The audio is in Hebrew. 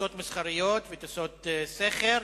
טיסות מסחריות וטיסות שכר,